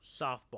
softball